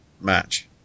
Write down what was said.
match